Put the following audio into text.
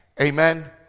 Amen